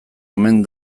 omen